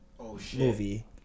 movie